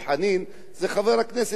זה חבר הכנסת אלכס מילר.